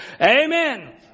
Amen